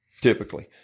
typically